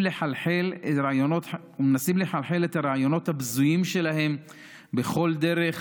לחלחל את הרעיונות הבזויים שלהם בכל דרך,